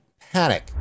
panic